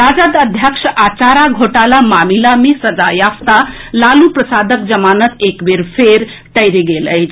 राजद अध्यक्ष आ चारा घोटाला मामिला मे सजायाफ्ता लालू प्रसादक जमानत एक बेर फेर टरि गेल अछि